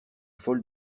folle